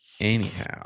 Anyhow